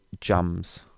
Jams